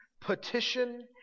petition